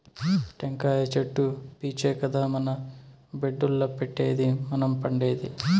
టెంకాయ చెట్లు పీచే కదా మన బెడ్డుల్ల పెట్టేది మనం పండేది